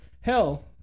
Hell